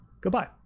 Goodbye